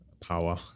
Power